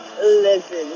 Listen